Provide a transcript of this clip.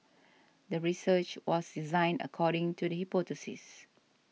the research was designed according to the hypothesis